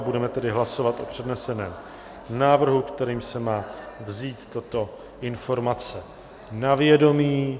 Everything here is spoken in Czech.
Budeme tedy hlasovat o předneseném návrhu, kterým se má vzít tato informace na vědomí.